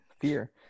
fear